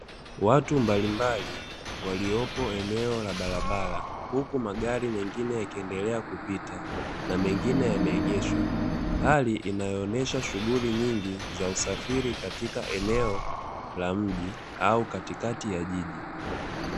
Watu mbalimbali waliopo eneo la barabara huku magari mengine yakiendelea kupita na mengine yameegeshwa, hali inayoonyesha shughuli nyingi za usafiri katika eneo la mji au katikati ya jiji.